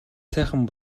сайхан